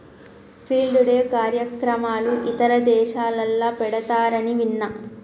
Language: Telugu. ఫీల్డ్ డే కార్యక్రమాలు ఇతర దేశాలల్ల పెడతారని విన్న